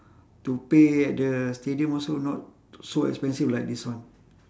to pay at the stadium also not so expensive like this one